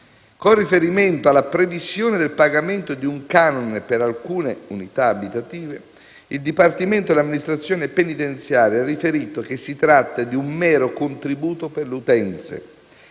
Con riferimento alla previsione del pagamento di un canone per alcune unità abitative, il Dipartimento dell'amministrazione penitenziaria ha riferito che si tratta di un mero contributo per le utenze,